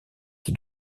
qui